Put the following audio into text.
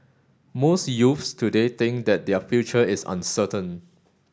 most youths today think that their future is uncertain